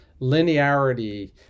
linearity